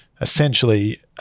essentially